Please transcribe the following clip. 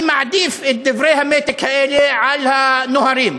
אני מעדיף את דברי המתק האלה על ה"נוהרים",